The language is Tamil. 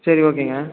சரி ஓகேங்க